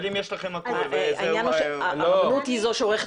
אבל אם יש לכם הכול --- העניין הוא שהרבנות היא זו שעורכת